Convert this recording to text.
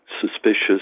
suspicious